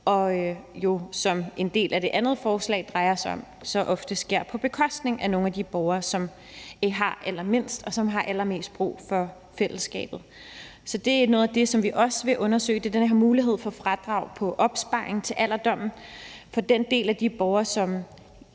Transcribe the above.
jo så ofte – hvad det andet forslag drejer sig om – på bekostning af nogle af de borgere, som har allermindst, og som har allermest brug for fællesskabet. Så det er noget af det, som vi også vil undersøge, nemlig muligheden for fradrag for opsparing til alderdommen for den del af de borgere. Kan